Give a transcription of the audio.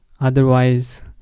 otherwise